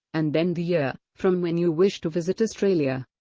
and then the year from when you wish to visit australia